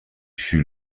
fus